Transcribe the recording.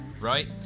right